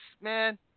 man